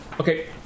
Okay